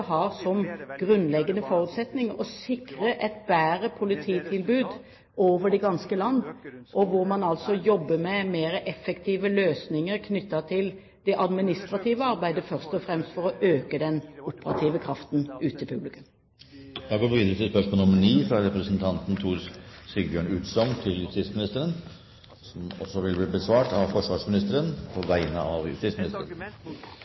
har som grunnleggende forutsetning å sikre et bedre polititilbud over det ganske land. Man jobber altså med mer effektive løsninger knyttet til det administrative arbeidet, først og fremst for å øke den operative kraften ute blant publikum. Dette spørsmålet, fra representanten Tor Sigbjørn Utsogn til justisministeren, vil bli besvart av forsvarsministeren på